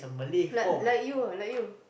like like you ah like you